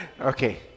Okay